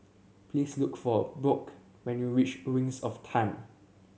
please look for Brooke when you reach Wings of Time